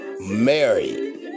Mary